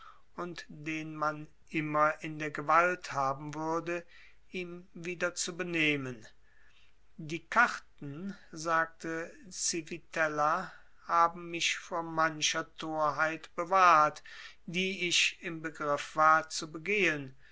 und den man immer in der gewalt haben würde ihm wieder zu benehmen die karten sagte civitella haben mich vor mancher torheit bewahrt die ich im begriff war zu begehen